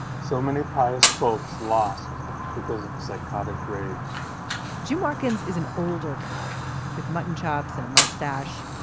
so many pious folks lost because of psychotic rage jim watkins is an older guy with mutton chops and a mustache.